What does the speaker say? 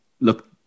look